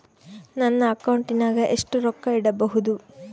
ನನ್ನ ಅಕೌಂಟಿನಾಗ ಎಷ್ಟು ರೊಕ್ಕ ಇಡಬಹುದು?